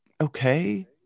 okay